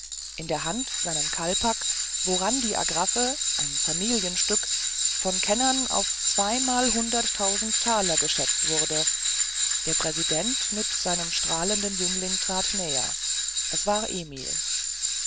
in der hand seinen kalpak woran die agraffe ein familienstück von kennern auf zweimalhunderttausend taler geschätzt wurde der präsident mit seinem strahlenden jüngling trat näher es war emil